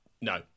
no